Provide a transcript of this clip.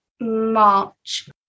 March